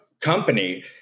company